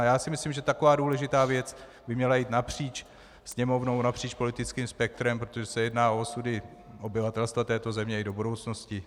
Já si myslím, že taková důležitá věc by měla jít napříč Sněmovnou, napříč politickým spektrem, protože se jedná o osudy obyvatelstva této země i do budoucnosti.